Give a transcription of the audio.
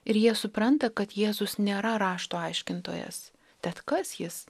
ir jie supranta kad jėzus nėra rašto aiškintojas tad kas jis